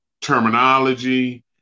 terminology